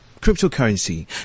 cryptocurrency